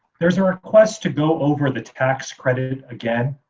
there's a request to go over the tax credit again.